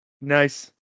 Nice